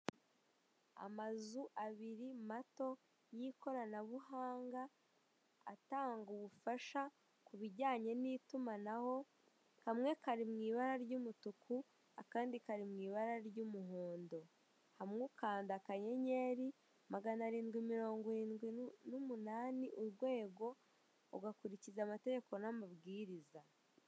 Amazu abiri mato y'ikoranabuhanga, atanga ubufasha ku bijyanye n' itumanaho kamwe kari mu ibara ry'umutuku akandi kari mu ibara ry'umuhondo, hamwe ukanda akanyenyeri, magana arindwi mirongo iwirindwi n'umunani, urwego ugakurikiza amategeko n'amabwiriza.